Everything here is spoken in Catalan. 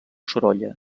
sorolla